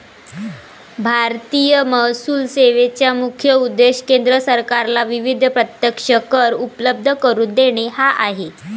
भारतीय महसूल सेवेचा मुख्य उद्देश केंद्र सरकारला विविध प्रत्यक्ष कर उपलब्ध करून देणे हा आहे